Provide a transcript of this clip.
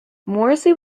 morrissey